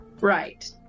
Right